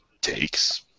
takes